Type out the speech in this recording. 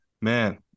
man